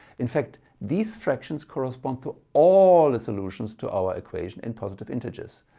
in fact these fractions correspond to all the solutions to our equation in positive integers.